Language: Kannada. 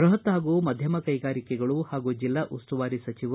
ಬೃಹತ್ ಹಾಗೂ ಮಧ್ಯಮ ಕೈಗಾರಿಕೆಗಳು ಹಾಗೂ ಜಿಲ್ಲಾ ಉಸ್ತುವಾರಿ ಸಚಿವ